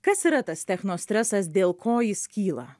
kas yra tas techno stresas dėl ko jis kyla